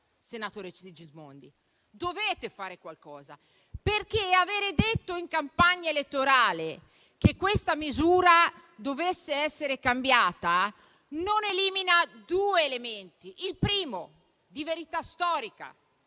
senatore Sigismondi, e dovete fare qualcosa. Aver detto in campagna elettorale che questa misura dovesse essere cambiata non elimina due elementi. Il primo è di verità storica: